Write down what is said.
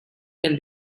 can